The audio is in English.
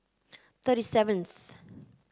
thirty seventh